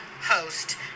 host